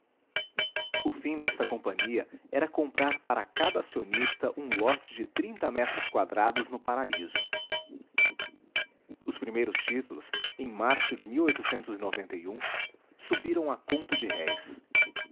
fim desta companhia era comprar para cada acionista um lote de trinta metros quadrados no paraíso os primeiros títulos em março de subiram a conto de réis